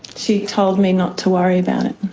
she told me not to worry about it.